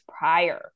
prior